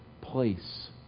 place